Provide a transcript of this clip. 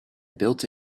built